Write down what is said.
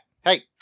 hey